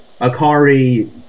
Akari